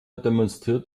demonstriert